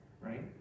Right